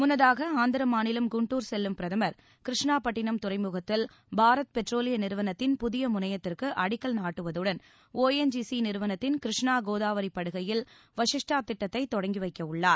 முன்னதாக ஆந்திர மாநிலம் குண்டுர் செல்லும் பிரதமர் கிருஷ்ணாபட்டினம் துறைமுகத்தில் பாரத் பெட்ரோலிய நிறுவனத்தின் புதிய முனையத்திற்கு அடிக்கல் நாட்டுவதுடன் ஒஎன்ஜிசி நிறுவனத்தின் கிருஷ்ணா கோதாவரி படுகையில் வசிஷ்டா திட்டத்தை தொடங்கி வைக்க உள்ளார்